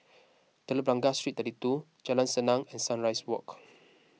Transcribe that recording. Telok Blangah Street thirty two Jalan Senang and Sunrise Walk